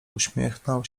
uśmiechnął